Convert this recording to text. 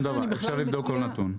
אפשר לבדוק כל נתון.